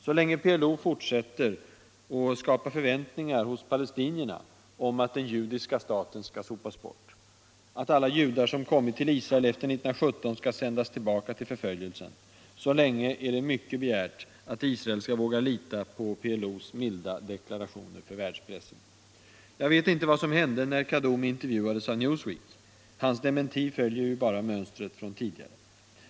Så länge PLO fortsätter att skapa förväntningar hos palestinierna om att den judiska staten skall sopas bort, att alla judar som kommit till Israel efter 1917 skall sändas tillbaka till förföljelsen, så länge är det mycket begärt att Israel skall våga lita på milda deklarationer för världspressen. Jag vet inte vad som hände när Kaddoumi intervjuades av Newsweek. Hans dementi följer ju bara mönstret från tidigare.